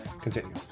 Continue